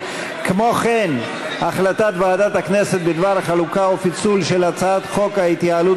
וכן החלטת ועדת הכנסת בדבר חלוקה ופיצול של הצעת חוק ההתייעלות